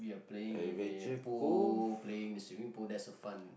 playing in the pool playing in the swimming pool that's the fun